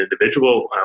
individual